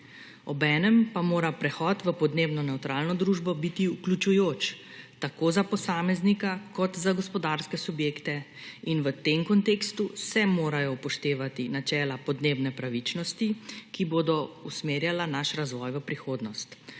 obenem pa mora prehod v podnebno nevtralno družbo biti vključujoč tako za posameznika kot za gospodarske subjekte in v tem kontekstu se morajo upoštevati načela podnebne pravičnosti, ki bodo usmerjala naš razvoj v prihodnost,